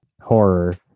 horror